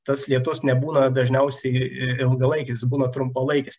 tas lietus nebūna dažniausiai ilgalaikis būna trumpalaikis